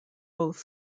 both